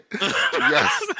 Yes